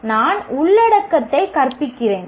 எனவே நான் உள்ளடக்கத்தை கற்பிக்கிறேன்